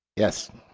yes.